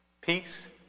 peace